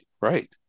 right